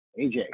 AJ